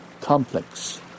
complex